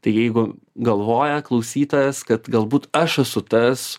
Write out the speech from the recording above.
tai jeigu galvoja klausytojas kad galbūt aš esu tas